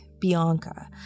Bianca